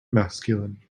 masculine